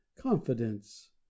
confidence